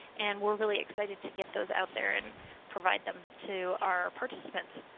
and we are really excited to get those out there and provide them to our participants.